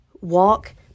Walk